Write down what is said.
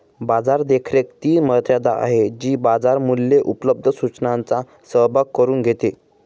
बाजार देखरेख ती मर्यादा आहे जी बाजार मूल्ये उपलब्ध सूचनांचा सहभाग करून घेते